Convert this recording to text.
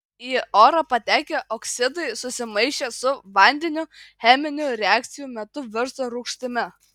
į orą patekę oksidai susimaišę su vandeniu cheminių reakcijų metu virsta rūgštimi